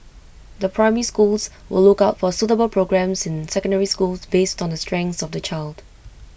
the primary schools will look out for suitable programmes in secondary schools based on the strengths of the child